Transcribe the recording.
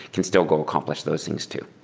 can still go accomplish those things too.